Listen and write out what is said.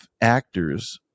actors